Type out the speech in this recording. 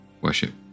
worship